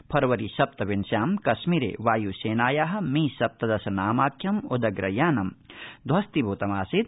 फरवरी सप्तविंश्यां कश्मीर वायुसेनाया मी सप्तदश नामाख्यम् उदग्रयानं ध्वस्तीभूतं आसीत्